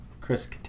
Chris